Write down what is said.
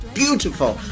beautiful